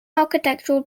architectural